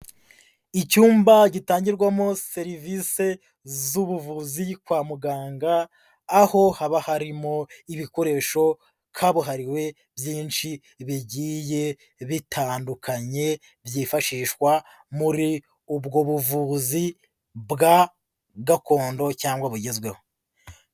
Icyumba gitangirwamo serivisi z'ubuvuzi kwa muganga, aho haba harimo ibikoresho kabuhariwe byinshi bigiye bitandukanye byifashishwa muri ubwo buvuzi bwa gakondo cyangwa bugezweho.